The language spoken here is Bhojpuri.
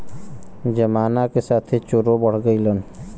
जमाना के साथे चोरो बढ़ गइलन